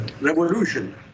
revolution